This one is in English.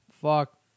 fuck